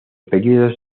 períodos